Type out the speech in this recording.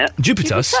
Jupiter